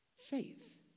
Faith